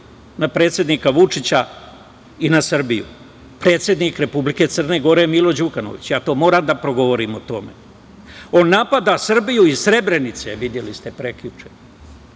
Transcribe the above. na predsednika Vučića i na Srbiju? Predsednik Republike Crne Gore Milo Đukanović. Ja moram da progovorim o tome. On napada Srbiju iz Srebrenice, videli ste prekjuče.